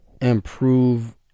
improve